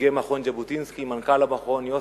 נציגי מכון ז'בוטינסקי, מנכ"ל המכון יוסי,